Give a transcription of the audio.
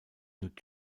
new